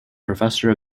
professor